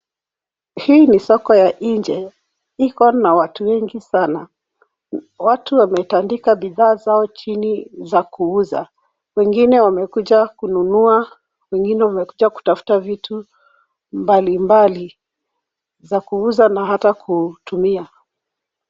Hii ni soko ya nje iko na watu wengi sana, watu wametanfika bidhaa zao chini za kuuza, wengine wamekuja kununua, wengine wamekuja kutafta vitu mbalimbali za kuuza na hata kutumia.